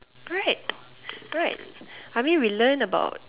right right I mean we learn about